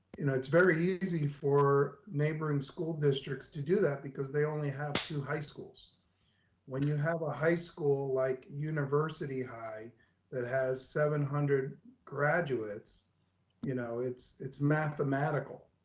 you know it's very easy for neighboring school districts to do that because they only have two high schools when you have a high school, like university high that has seven hundred graduates you know, it's it's mathematical.